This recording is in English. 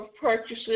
purchases